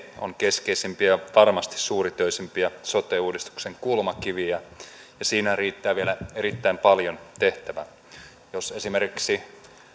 on keskeisimpiä ja varmasti suuritöisimpiä sote uudistuksen kulmakiviä ja siinä riittää vielä erittäin paljon tehtävää jos esimerkiksi